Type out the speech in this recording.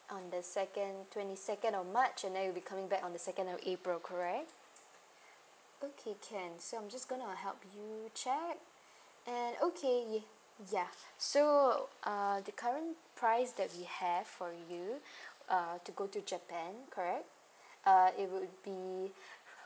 on the second twenty second of march and then you'll be coming back on the second of april correct okay can so I'm just going to help you check and okay yeah ya so uh the current price that we have for you uh to go to japan correct uh it would be